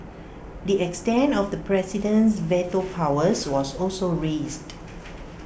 the extent of the president's veto powers was also raised